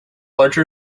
larger